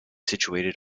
situated